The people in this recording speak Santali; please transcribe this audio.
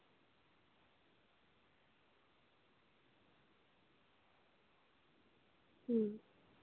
ᱦᱩᱸ